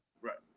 Right